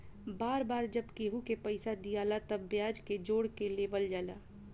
बार बार जब केहू के पइसा दियाला तब ब्याज के जोड़ के लेवल जाला